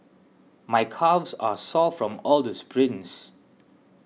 my calves are sore from all the sprints